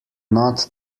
not